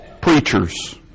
preachers